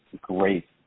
great